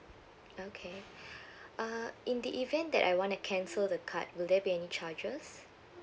okay uh in the event that I want to cancel the card will there be any charges